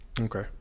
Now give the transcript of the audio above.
Okay